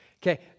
Okay